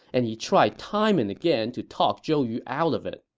and he tried time and again to talk zhou yu out of it.